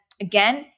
again